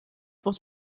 was